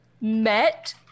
met